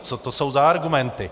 Co to jsou za argumenty?